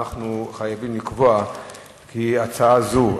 אנחנו חייבים לקבוע כי הצעה זו,